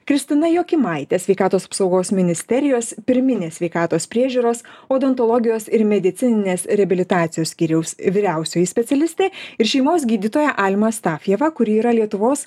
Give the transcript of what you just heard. kristina jokimaitė sveikatos apsaugos ministerijos pirminės sveikatos priežiūros odontologijos ir medicininės reabilitacijos skyriaus vyriausioji specialistė ir šeimos gydytoja alma astafjeva kuri yra lietuvos